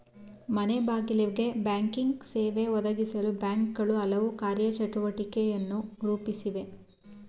ಮನೆಬಾಗಿಲಿಗೆ ಬ್ಯಾಂಕಿಂಗ್ ಸೇವೆ ಒದಗಿಸಲು ಬ್ಯಾಂಕ್ಗಳು ಹಲವು ಕಾರ್ಯ ಚಟುವಟಿಕೆಯನ್ನು ರೂಪಿಸಿವೆ